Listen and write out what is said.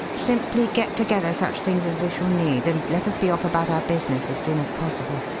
simply get together such things as we shall need and let us be off about our business as soon as possible.